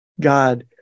God